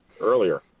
earlier